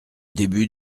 début